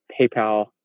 PayPal